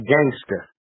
Gangster